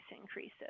increases